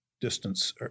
distance